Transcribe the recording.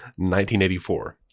1984